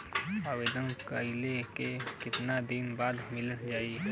आवेदन कइला के कितना दिन बाद मिल जाई?